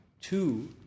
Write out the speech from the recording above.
two